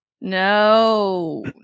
No